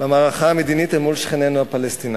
במערכה המדינית אל מול שכנינו הפלסטינים.